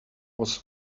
was